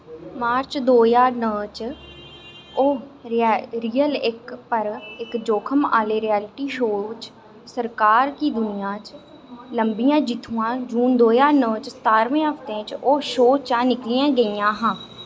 मार्च दो ज्हार नौ च ओह् रियल इक पर इक जोखम आह्ले रियलिटी शो च सरकार गी दुनिया च लब्भियां जित्थुआं जून दो ज्हार नौ च सतारमें हफ्ते च ओह् शो चा निकली गेइयां हियां